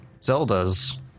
Zeldas